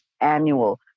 annual